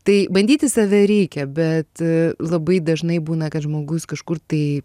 tai bandyti save reikia bet labai dažnai būna kad žmogus kažkur tai